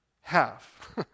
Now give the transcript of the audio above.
Half